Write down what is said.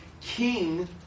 king